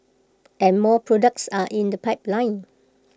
and more products are in the pipeline